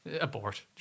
abort